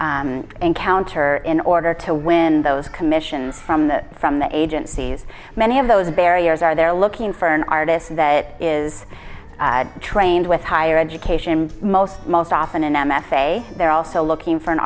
artists encounter in order to win those commissions from the from the agencies many of those barriers are they're looking for an artist that is trained with higher education most most often an m f a they're also looking for an